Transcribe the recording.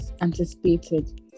anticipated